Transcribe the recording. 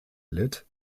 litt